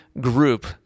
group